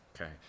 Okay